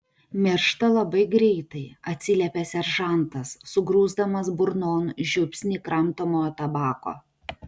miršta labai greitai atsiliepė seržantas sugrūsdamas burnon žiupsnį kramtomojo tabako